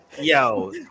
yo